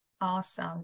awesome